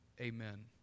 amen